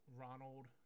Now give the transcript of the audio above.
Ronald